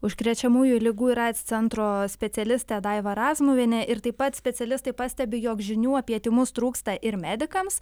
užkrečiamųjų ligų ir aids centro specialistė daiva razmuvienė ir taip pat specialistai pastebi jog žinių apie tymus trūksta ir medikams